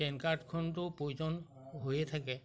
PAN কাৰ্ডখনটো প্ৰয়োজন হৈয়ে থাকে